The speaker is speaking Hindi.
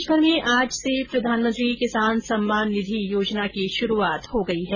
देशभर में आज से प्रधानमंत्री किसान सम्मान निधि योजना की शुरूआत हो गई है